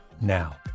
now